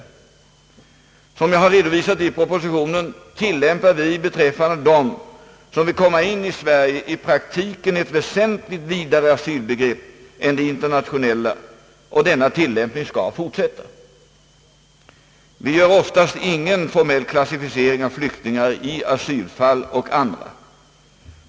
Såsom jag har redovisat i propositionen tillämpar vi beträffande dem som vill komma in i Sverige i praktiken ett väsentligt vidare asylbegrepp än det internationella, och denna tillämpning skall fortsätta. Vi gör oftast ingen formell klassificering av flyktingar i asylfall och andra.